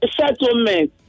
settlement